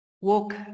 Walk